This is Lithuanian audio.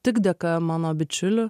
tik dėka mano bičiulių